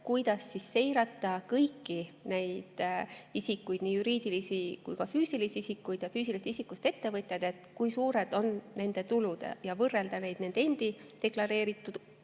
kuidas seirata kõiki neid isikuid, nii juriidilisi kui ka füüsilisi isikuid ja füüsilisest isikust ettevõtjaid, seda, kui suured on nende tulud, ja saab võrrelda neid [andmeid] nende endi deklareerituga